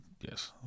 Yes